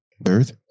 Birth